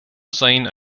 zin